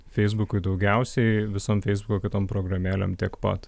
feisbukui daugiausiai visom feisbuko kitom programėlėm tiek pat